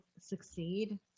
succeed